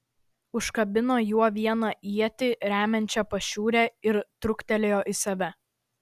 užkabino juo vieną ietį remiančią pašiūrę ir truktelėjo į save